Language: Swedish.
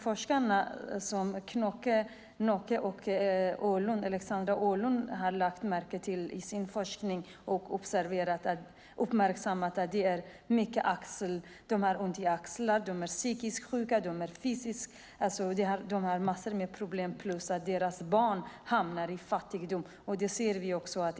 Forskarna Knocke och Ålund har i sin forskning lagt märke till och uppmärksammat att dessa kvinnor ofta har ont i axlar, de är psykiskt sjuka, de har massa med problem plus att deras barn hamnar i fattigdom.